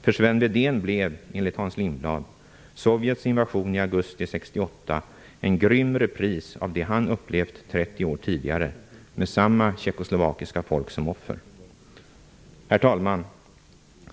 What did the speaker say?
För Sven Wedén blev, enligt Hans Lindblad, Sovjets invasion i augusti 1968 en grym repris av det han upplevt 30 år tidigare, med samma tjeckoslovakiska folk som offer. Herr talman!